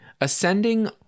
ascending